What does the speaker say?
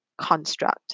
construct